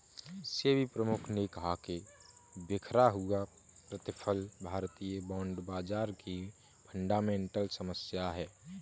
सेबी प्रमुख ने कहा कि बिखरा हुआ प्रतिफल भारतीय बॉन्ड बाजार की फंडामेंटल समस्या है